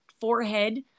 forehead